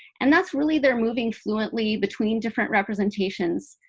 and that's really they're moving fluently between different representations.